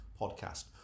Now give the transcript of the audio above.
podcast